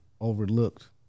overlooked